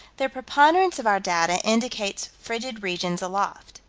the preponderance of our data indicates frigid regions aloft.